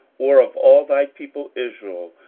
or of all thy people israel,